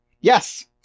Yes